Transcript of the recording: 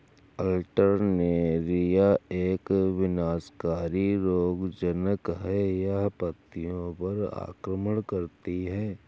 Alternaria एक विनाशकारी रोगज़नक़ है, यह पत्तियों पर आक्रमण करती है